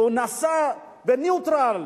והוא נסע בניוטרל,